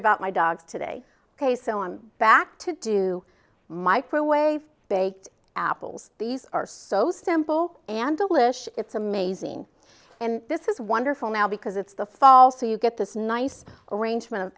about my dogs today ok so i'm back to do microwave baked apples these are so simple and to wish it's amazing and this is wonderful now because it's the fall so you get this nice arrangement of